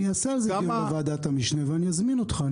אני אקיים על זה דיון בוועדת המשנה ואני אזמין אותך,